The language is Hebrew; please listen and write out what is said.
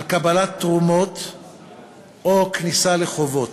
על קבלת תרומות או כניסה לחובות.